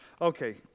Okay